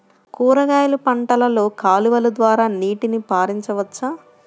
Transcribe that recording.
కూరగాయలు పంటలలో కాలువలు ద్వారా నీటిని పరించవచ్చా?